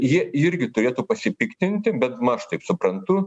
jie irgi turėtų pasipiktinti bet nu aš taip suprantu